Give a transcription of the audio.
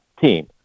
team